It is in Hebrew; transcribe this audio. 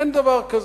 אין דבר כזה.